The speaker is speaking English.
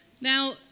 Now